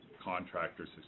contractors